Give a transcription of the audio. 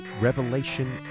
Revelation